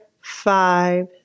five